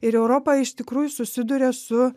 ir europa iš tikrųjų susiduria su